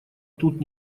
тут